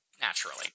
Naturally